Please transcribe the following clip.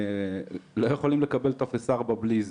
לא יכולים לקבל טופס 4 בלי זה.